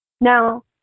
Now